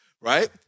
right